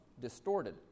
distorted